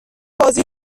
بازی